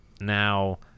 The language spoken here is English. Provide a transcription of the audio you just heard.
Now